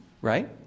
right